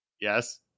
Yes